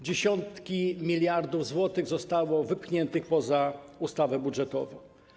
Dziesiątki miliardów złotych zostało wypchniętych poza ustawę budżetową.